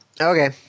Okay